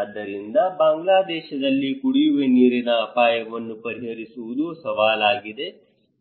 ಆದ್ದರಿಂದ ಬಾಂಗ್ಲಾದೇಶದಲ್ಲಿ ಕುಡಿಯುವ ನೀರಿನ ಅಪಾಯವನ್ನು ಪರಿಹರಿಸುವುದು ಸವಾಲಾಗಿದೆ